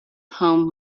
home